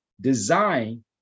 design